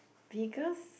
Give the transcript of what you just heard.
because